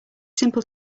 simple